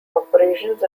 operations